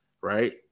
right